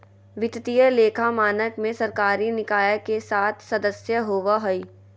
वित्तीय लेखा मानक में सरकारी निकाय के सात सदस्य होबा हइ